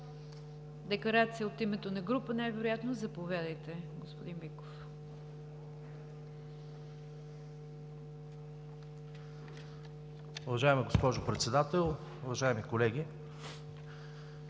Декларация – от името на група, най-вероятно. Заповядайте, господин Биков.